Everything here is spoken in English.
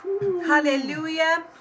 hallelujah